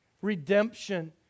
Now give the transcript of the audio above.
Redemption